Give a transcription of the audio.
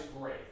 great